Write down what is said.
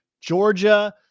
Georgia